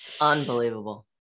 Unbelievable